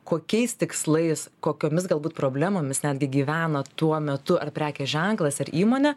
kokiais tikslais kokiomis galbūt problemomis netgi gyvena tuo metu ar prekės ženklas ar įmonė